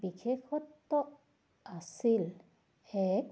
বিশেষত্ব আছিল এক